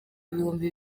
ibihumbi